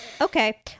Okay